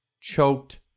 choked